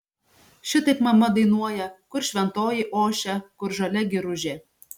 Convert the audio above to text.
šitaip mama dainuoja kur šventoji ošia kur žalia giružė